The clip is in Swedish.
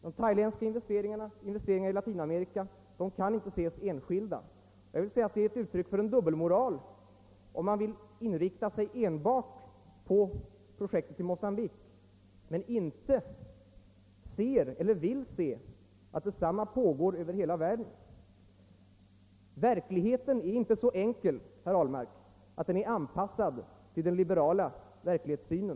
De thailändska investeringarna och investeringarna i Sydamerika kan inte ses isolerade. Det är ett uttryck för dubbelmoral om man vill inrikta sig enbart på projektet i Mocambique men inte ser eller vill se att motsvarigheter förekommer över hela världen. Verkligheten är inte så enkel, herr Ahlmark, att den är anpassad till den liberala verklighetssynen.